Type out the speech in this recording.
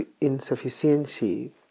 insufficiency